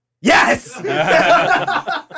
Yes